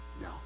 No